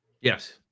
Yes